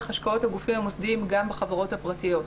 השקעות הגופים המוסדיים גם בחברות הפרטיות.